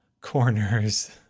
corners